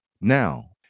now